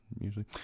usually